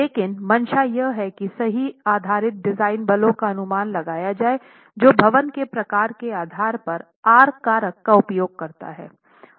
लेकिन मंशा यह है कि सही आधारित डिजाइन बलों का अनुमान लगाया जाये जो भवन के प्रकार के आधार पर R कारक का उपयोग करता हैं